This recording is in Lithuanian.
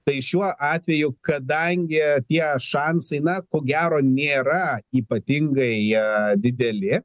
tai šiuo atveju kadangi tie šansai na ko gero nėra ypatingai dideli